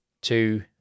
two